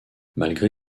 malgré